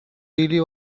really